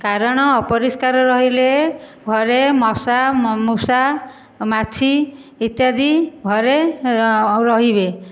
କାରଣ ଅପରିଷ୍କାର ରହିଲେ ଘରେ ମଶା ମୂଷା ମାଛି ଇତ୍ୟାଦି ଘରେ ରହିବେ